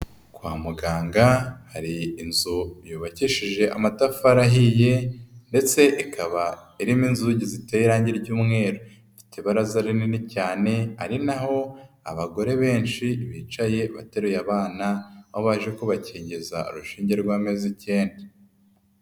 Kwa muganga hari inzu yubakishije amatafari ahiye ndetse ikaba irimo inzugi ziteye irange ry'umweru, ifite ibaraza rinini cyane ari naho abagore benshi bicaye bateruye abana aho baje kubakingiza urushinge rw'amezi icyenda.